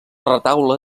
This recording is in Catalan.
retaule